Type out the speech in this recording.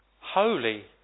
holy